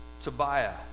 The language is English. Tobiah